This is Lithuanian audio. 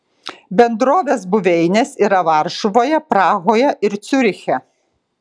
bendrovės buveinės yra varšuvoje prahoje ir ciuriche